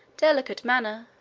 delicate manner,